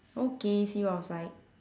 okay see you outside